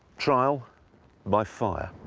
trial by fire.